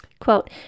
Quote